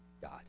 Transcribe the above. god